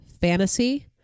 Fantasy